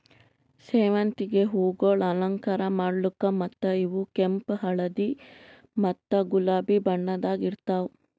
ಸೇವಂತಿಗೆ ಹೂವುಗೊಳ್ ಅಲಂಕಾರ ಮಾಡ್ಲುಕ್ ಮತ್ತ ಇವು ಕೆಂಪು, ಹಳದಿ ಮತ್ತ ಗುಲಾಬಿ ಬಣ್ಣದಾಗ್ ಇರ್ತಾವ್